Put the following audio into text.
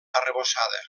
arrebossada